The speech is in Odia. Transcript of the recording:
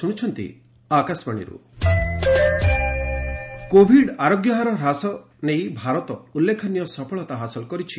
କୋଭିଡ୍ ଷ୍ଟାଟସ୍ କୋଭିଡ ଆରୋଗ୍ୟହାର ହ୍ରାସ ନେଇ ଭାରତ ଉଲ୍ଲେଖନୀୟ ସଫଳତା ହାସଲ କରିଛି